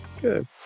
good